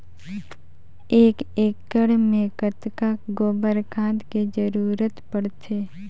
एक एकड़ मे कतका गोबर खाद के जरूरत पड़थे?